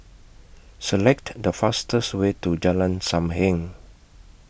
Select The fastest Way to Jalan SAM Heng